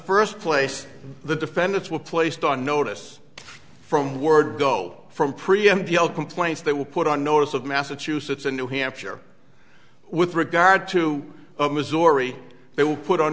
first place the defendants were placed on notice from word go from preempt yell complaints that were put on notice of massachusetts and new hampshire with regard to missouri they will put on